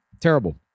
Terrible